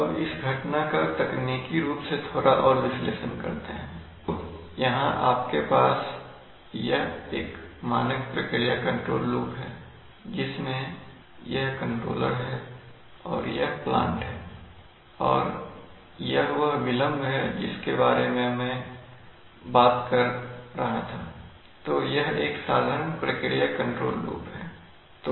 अब इस घटना का तकनीकी रूप से थोड़ा और विश्लेषण करते हैं तो यहां आपके पास यह एक मानक प्रक्रिया कंट्रोल लूप है जिसमें यह कंट्रोलर है और यह प्लांट है और यह वह विलंब है जिसके बारे में मैं बात कर रहा था तो यह एक साधारण प्रक्रिया कंट्रोल लूप है ठीक है